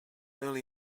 early